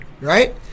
right